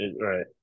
right